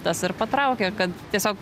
tas ir patraukė kad tiesiog